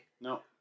No